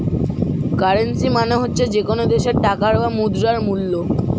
currency মানে হচ্ছে যে কোনো দেশের টাকার বা মুদ্রার মূল্য